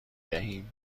دهیم